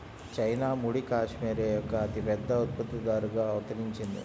China ముడి cashmere యొక్క అతిపెద్ద ఉత్పత్తిదారుగా అవతరించింది